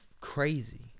crazy